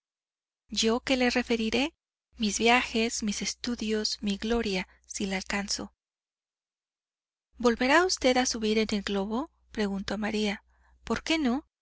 yo qué le referiré mis viajes mis estudios mi gloria si la alcanzo volverá usted a subir en globo preguntó maría por qué no